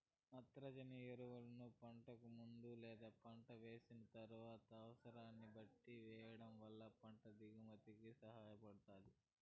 నత్రజని ఎరువులను పంటకు ముందు లేదా పంట వేసిన తరువాత అనసరాన్ని బట్టి వెయ్యటం వల్ల పంట దిగుబడి కి సహాయపడుతాది